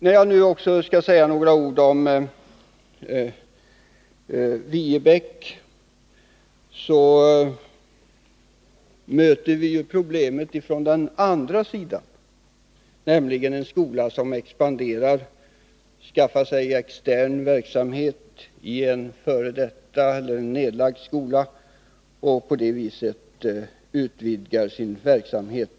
När jag nu också skall säga några ord om Viebäck vill jag påpeka att vi där möter problemet från den andra sidan. Det är nämligen en skola som expanderar. Man skaffar sig extern verksamhet i en nedlagd skola och utvidgar sålunda sin verksamhet.